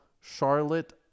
Charlotte